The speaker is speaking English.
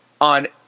on